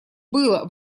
было